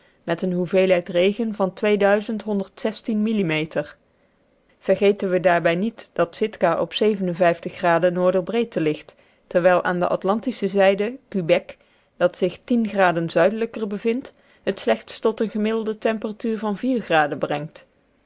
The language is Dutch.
met eene hoeveelheid regen van millimeter vergeten we daarbij niet dat sitka op n b breedte ligt terwijl aan de atlantische zijde quebec dat zich graden zuidelijker bevindt het slechts tot eene gemiddelde temperatuur van brengt